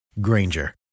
Granger